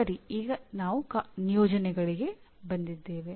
ಸರಿ ಈಗ ನಾವು ನಿಯೋಜನೆಗಳಿಗೆ ಬಂದಿದ್ದೇವೆ